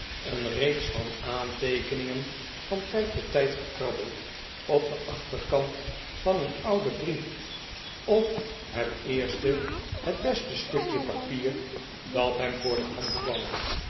een reeks van aanteekeningen van tijd tot tijd gekrabbeld op den achterkant van een ouden brief of het eerste het beste stukje papier dat hem voor de hand kwam